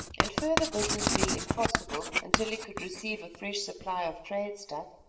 and further business being impossible until he could receive a fresh supply of trade stuff,